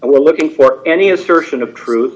and we're looking for any assertion of truth